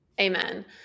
Amen